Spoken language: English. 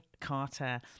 Carter